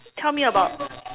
tell me about